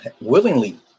Willingly